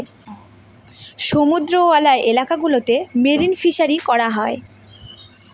সমুদ্রওয়ালা এলাকা গুলোতে মেরিন ফিসারী করা হয়